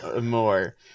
more